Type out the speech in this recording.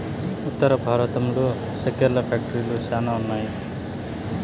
ఉత్తర భారతంలో సెక్కెర ఫ్యాక్టరీలు శ్యానా ఉన్నాయి